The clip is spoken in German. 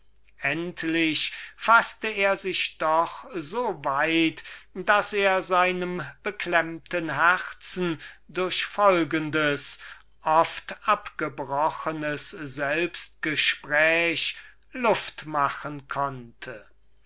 endlich faßte er sich doch so weit daß er seinem beklemmten herzen durch dieses oft abgebrochene selbstgespräch luft machen konnte